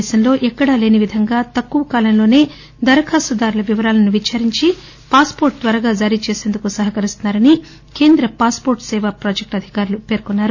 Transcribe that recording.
దేశంలో ఎక్కడా లేనివిధంగా తక్కువ కాలంలోనే దరఖాస్తుదారుల వివరాలను విచారించి పాస్పోర్టు త్వరగా జారీచేసందుకు సహకరిస్తున్నా రని కేంద్ర పాస్పోర్టు సేవా ప్రాజెక్ట్ అధికారులు పేర్కొన్నారు